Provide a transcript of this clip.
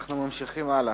אנחנו ממשיכים הלאה.